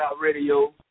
Radio